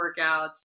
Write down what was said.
workouts